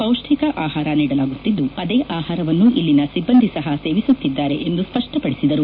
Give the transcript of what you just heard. ಪೌಷ್ಠಿಕ ಆಹಾರ ನೀಡಲಾಗುತ್ತಿದ್ದು ಅದೇ ಆಹಾರವನ್ನು ಇಲ್ಲಿನ ಸಿಬ್ಬಂದಿ ಸಹ ಸೇವಿಸುತ್ತಿದ್ದಾರೆ ಎಂದು ಸ್ಪಷ್ಟಪಡಿಸಿದರು